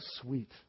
sweet